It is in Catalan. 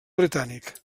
britànic